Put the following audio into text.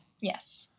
Yes